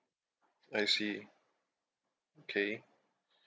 I see okay